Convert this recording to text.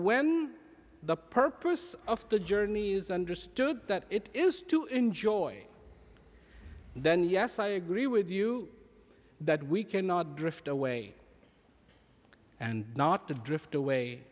when the purpose of the journeys understood that it is to enjoy then yes i agree with you that we cannot drift away and not drift away